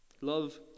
Love